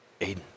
Aiden